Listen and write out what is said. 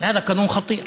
זה חוק מסוכן.